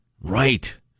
Right